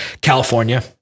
California